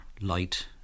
light